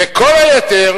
וכל היתר